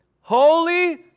Holy